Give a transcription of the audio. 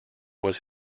was